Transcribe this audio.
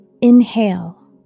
inhale